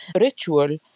ritual